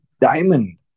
diamond